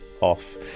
off